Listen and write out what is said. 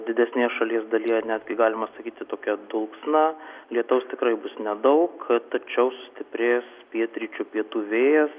didesnėje šalies dalyje netgi galima sakyti tokia dulksna lietaus tikrai bus nedaug tačiau sustiprės pietryčių pietų vėjas